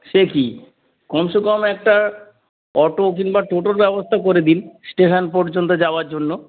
সে কি কমসে কম একটা অটো কিংবা টোটোর ব্যবস্থা করে দিন স্টেশন পর্যন্ত যাওয়ার জন্য